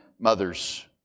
Mothers